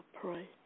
pray